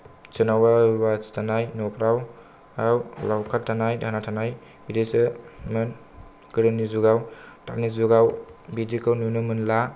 सोरनावबा रुवाथि थानाय नफोराव लावखार थानाय दाहोना थानाय बिदिसोमोन गोदोनि जुगाव दानि जुगाव बिदिखौ नुनो मोनला